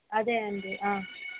అదే అండి